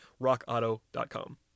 rockauto.com